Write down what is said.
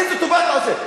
איזה טובה אתה עושה?